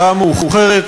השעה מאוחרת,